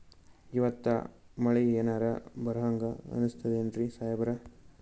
ಇವತ್ತ ಮಳಿ ಎನರೆ ಬರಹಂಗ ಅನಿಸ್ತದೆನ್ರಿ ಸಾಹೇಬರ?